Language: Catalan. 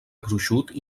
gruixut